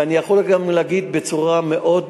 ואני יכול גם לומר בצורה מאוד